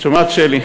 את שומעת, שלי?